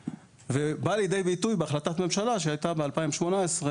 ובאה לידי ביטוי בהחלטת ממשלה שהייתה ב-2018.